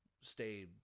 stay